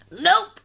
Nope